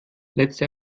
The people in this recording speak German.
letzte